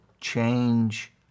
change